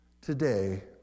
today